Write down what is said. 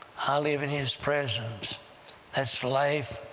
i live in his presence that's life,